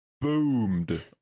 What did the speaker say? boomed